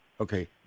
Okay